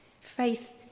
faith